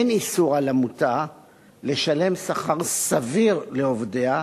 אין איסור על עמותה לשלם שכר סביר לעובדיה.